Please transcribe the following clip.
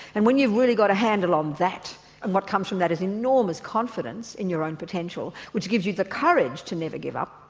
and when you've really got a handle on that and what comes from that is enormous confidence in your own potential, which gives you the courage to never give up,